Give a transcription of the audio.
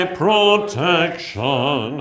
protection